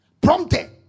prompted